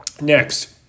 next